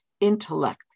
intellect